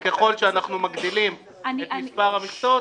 ואם אנחנו מגדילים את מספר המכסות,